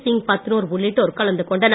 சிங் பத்னோர் உள்ளிட்டோர் கலந்துகொண்டனர்